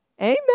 Amen